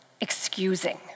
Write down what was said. excusing